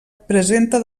presenta